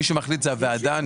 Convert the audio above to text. מי שמחליט זו הוועדה.